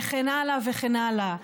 וכן הלאה וכן הלאה.